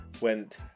Went